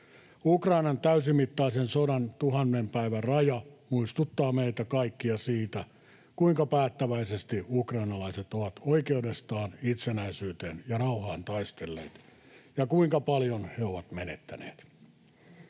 Ukrainan täysimittaisen sodan tuhannen päivän raja muistuttaa meitä kaikkia siitä, kuinka päättäväisesti ukrainalaiset ovat oikeudestaan itsenäisyyteen ja rauhaan taistelleet ja kuinka paljon he ovat menettäneet.